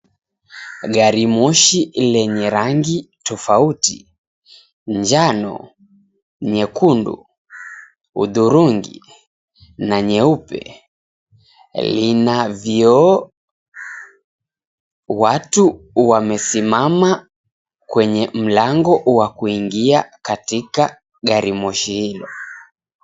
Gari moshi lenye rangi tofauti, njano, nyekundu, udhurungi na nyeupe lina vioo. Watu wamesimama kwenye mlango wa kuingia katika gari moshi hilo.